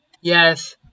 Yes